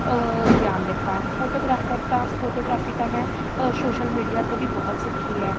ਗਿਆਨ ਲਿੱਤਾ ਫੋਟੋਗ੍ਰਾਫਰ ਤਾਂ ਫੋਟੋਗ੍ਰਾਫੀ ਤਾਂ ਮੈਂ ਸੋਸ਼ਲ ਮੀਡੀਆ ਤੋਂ ਵੀ ਬਹੁਤ ਸਿੱਖੀ ਹੈ